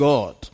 God